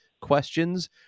questions